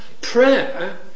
prayer